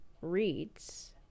reads